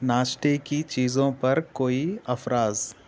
ناشتے کی چیزوں پر کوئی افراز